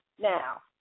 now